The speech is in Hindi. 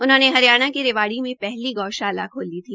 उन्होंने हरियाणा के रेवाड़ी में पहली गौशाला खोली थी